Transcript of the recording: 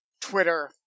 Twitter